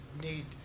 need